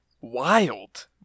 wild